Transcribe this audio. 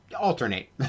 alternate